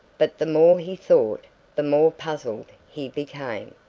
but the more he thought the more puzzled he became.